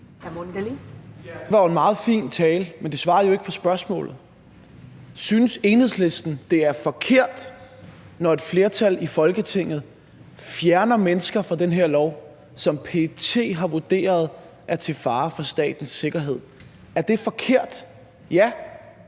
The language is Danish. Det var en meget fin tale, men den svarede jo ikke på spørgsmålet. Synes Enhedslisten, det er forkert, når et flertal i Folketinget fjerner mennesker fra det her lovforslag, som PET har vurderet er til fare for statens sikkerhed? Er det forkert –